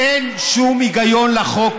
אין שום היגיון בחוק הזה.